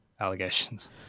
allegations